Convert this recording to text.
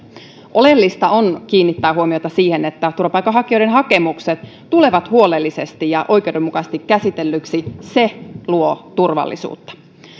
oleellista on kiinnittää huomiota siihen että turvapaikanhakijoiden hakemukset tulevat huolellisesti ja oikeudenmukaisesti käsitellyksi se luo turvallisuutta